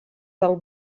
del